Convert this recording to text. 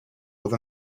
with